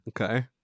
Okay